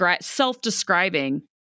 self-describing